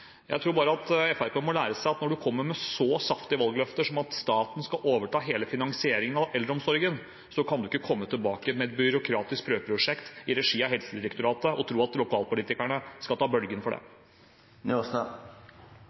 Jeg tror bare at Fremskrittspartiet må lære seg at når en kommer med så saftige valgløfter som at staten skal overta hele finansieringen av eldreomsorgen, kan en ikke komme tilbake med et byråkratisk prøveprosjekt i regi av Helsedirektoratet og tro at lokalpolitikerne skal ta bølgen for